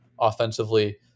offensively